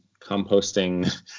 composting